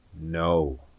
no